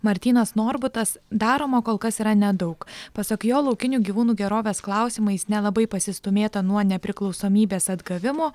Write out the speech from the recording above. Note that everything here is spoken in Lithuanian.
martynas norbutas daroma kol kas yra nedaug pasak jo laukinių gyvūnų gerovės klausimais nelabai pasistūmėta nuo nepriklausomybės atgavimo